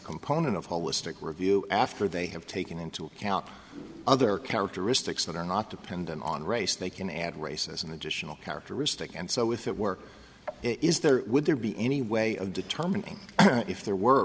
component of holistic review after they have taken into account other characteristics that are not dependent on race they can add race as an additional characteristic and so with that work is there would there be any way of determining if there were